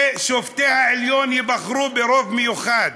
ששופטי העליון ייבחרו ברוב מיוחד.